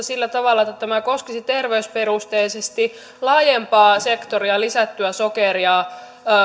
sillä tavalla että tämä koskisi terveysperusteisesti laajempaa sektoria lisättyä sokeria